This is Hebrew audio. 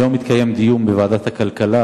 היום התקיים בוועדת הכלכלה